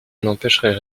n’empêcherait